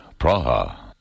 Praha